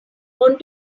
want